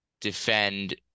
defend